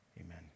Amen